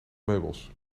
meubels